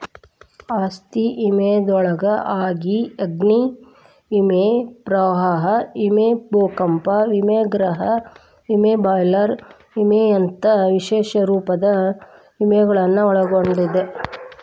ಆಸ್ತಿ ವಿಮೆಯೊಳಗ ಅಗ್ನಿ ವಿಮೆ ಪ್ರವಾಹ ವಿಮೆ ಭೂಕಂಪ ವಿಮೆ ಗೃಹ ವಿಮೆ ಬಾಯ್ಲರ್ ವಿಮೆಯಂತ ವಿಶೇಷ ರೂಪದ ವಿಮೆಗಳನ್ನ ಒಳಗೊಂಡದ